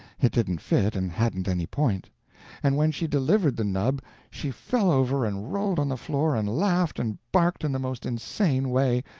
it didn't fit and hadn't any point and when she delivered the nub she fell over and rolled on the floor and laughed and barked in the most insane way,